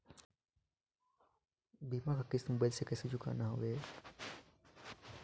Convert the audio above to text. बीमा कर किस्त मोबाइल से कइसे चुकाना हवे